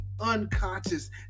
unconscious